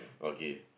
okay